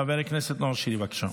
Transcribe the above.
חבר הכנסת נאור שירי, בבקשה,